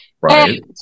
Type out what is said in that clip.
Right